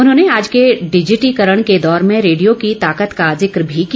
उन्होंने आज के डिजिटिकरण के दौर में रेडियो की ताकत का जिक्र भी किया